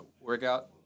workout